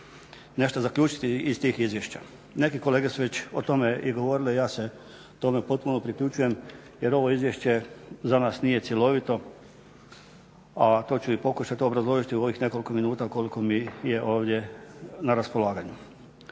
nešto zaključiti iz tih izvješća. Neki kolege su već o tome i govorile, ja se tome potpuno priključujem jer ovo izvješće za nas nije cjelovito, a to ću i pokušati obrazložiti u ovih nekoliko minuta koliko mi je ovdje na raspolaganju.